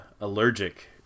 Allergic